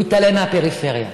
הוא התעלם מהפריפריה,